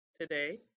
Today